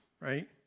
right